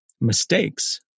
mistakes